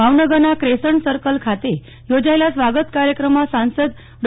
ભાવનગરના crescent circle ખાતે યોજાયેલા સ્વાગત કાર્યક્રમમાં સાંસદ ડો